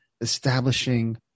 establishing